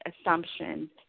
assumptions